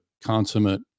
consummate